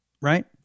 Right